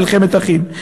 תהיה מלחמת אחים.